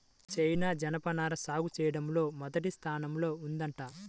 China జనపనార సాగు చెయ్యడంలో మొదటి స్థానంలో ఉందంట